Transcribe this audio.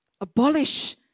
abolish